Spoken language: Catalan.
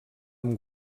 amb